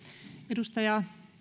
arvoisa